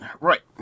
Right